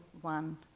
one